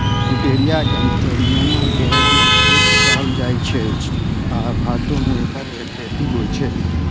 Pouteria कैम्पेचियाना कें eggfruit कहल जाइ छै, आ भारतो मे एकर खेती होइ छै